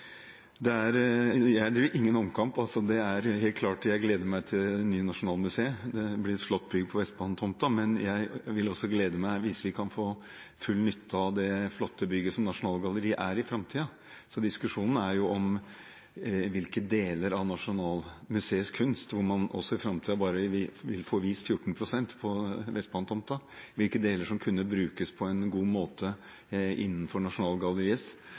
for svaret. Jeg driver ingen omkamp, det er helt klart. Jeg gleder meg til det nye nasjonalmuseet, det blir et flott bygg på Vestbanetomta. Men jeg vil også glede meg hvis vi i framtiden kan få full nytte av det flotte bygget som Nasjonalgalleriet er. Diskusjonen handler om hvilke deler av Nasjonalmuseets kunst – som man i framtiden bare vil få vist 14 pst. av på Vestbanetomta – som kan brukes på en god måte innenfor Nasjonalgalleriets